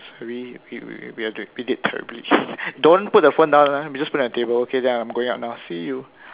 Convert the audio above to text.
three we did terribly don't put the phone down ah we just put it on the table okay then I'm going out now see you